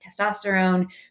testosterone